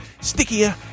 stickier